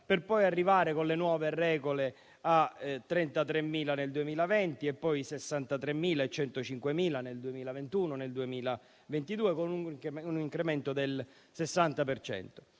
per poi arrivare con le nuove regole a 33.000 nel 2020 e poi a 63.000 e a 105.000 nel 2021 e nel 2022, con un incremento del 60